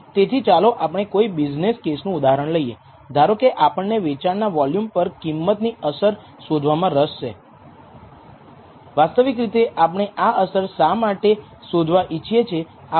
પછી ભલે તમે કોઈ મોડેલ ફિટ હોય તો પણ તમે રેખીય મોડેલના કયા ગુણાંકને સુસંગત છે તે શોધી કાઢવા માંગો છો